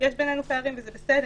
בינינו פערים וזה בסדר.